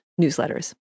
newsletters